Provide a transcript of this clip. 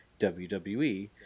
wwe